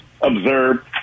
observe